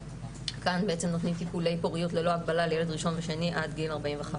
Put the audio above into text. כאן נותנים טיפולי פוריות ללא הגבלה לילד ראשון ושני עד גיל 45,